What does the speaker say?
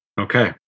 Okay